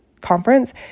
conference